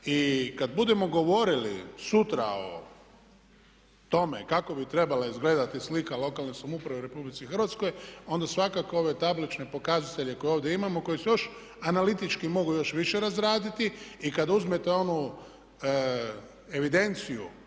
I kad budemo govorili sutra o tome kako bi trebala izgledati slika lokalne samouprave u Republici Hrvatskoj onda svakako ove tablične pokazatelje koje ovdje imamo, koji su još analitički mogu još više razraditi i kad uzmete onu evidenciju